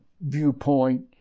viewpoint